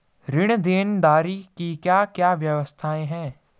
ऋण देनदारी की क्या क्या व्यवस्थाएँ हैं?